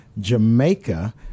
Jamaica